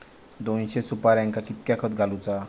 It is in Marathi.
दोनशे सुपार्यांका कितक्या खत घालूचा?